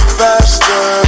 faster